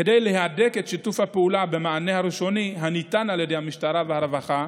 כדי להדק את שיתוף הפעולה במענה הראשוני הניתן על ידי המשטרה והרווחה,